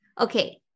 Okay